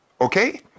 okay